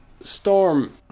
Storm